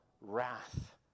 wrath